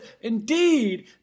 indeed